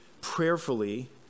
prayerfully